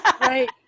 right